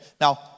Now